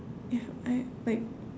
if I like